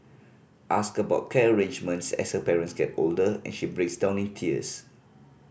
ask about care arrangements as her parents get older and she breaks down in tears